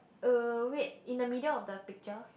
uh wait in the middle of the picture